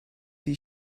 die